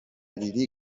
riri